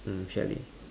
mm share a bit